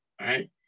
right